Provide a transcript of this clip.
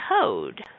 code